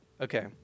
Okay